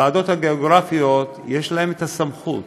הוועדות הגיאוגרפיות, יש להן סמכות,